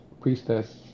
priestess